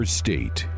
state